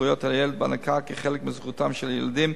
לזכויות הילד בהנקה כחלק מזכותם של ילדים